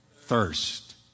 thirst